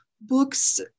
books